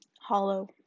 hollow